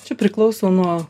čia priklauso nuo